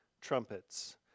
trumpets